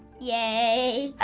yay!